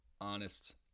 honest